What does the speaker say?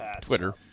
Twitter